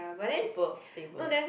super stable